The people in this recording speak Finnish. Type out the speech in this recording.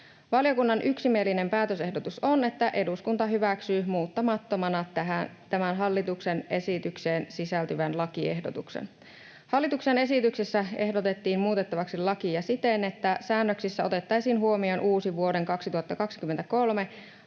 Valiokunnan yksimielinen päätösehdotus on, että eduskunta hyväksyy muuttamattomana hallituksen esitykseen sisältyvän lakiehdotuksen. Hallituksen esityksessä ehdotettiin muutettavaksi lakia siten, että säännöksissä otettaisiin huomioon uusi, vuoden 2023